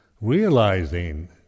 realizing